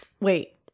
wait